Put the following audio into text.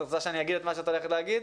רוצה שאני אגיד את מה שאת הולכת להגיד?